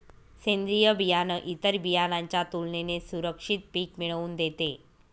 सेंद्रीय बियाणं इतर बियाणांच्या तुलनेने सुरक्षित पिक मिळवून देते